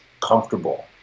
comfortable